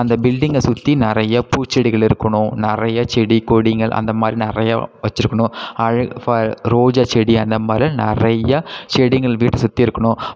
அந்த பில்டிங்கை சுற்றி நிறைய பூச்செடிகள் இருக்கணும் நிறைய செடி கொடிங்கள் அந்த மாதிரி நிறைய வச்சுருக்கணும் அழ ஃப ரோஜா செடி அந்த மாதிரிலாம் நிறைய செடிங்கள் வீட்டை சுற்றி இருக்கணும்